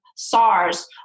SARS